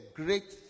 great